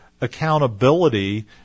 accountability